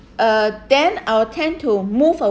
uh then I will tend to move away